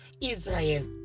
Israel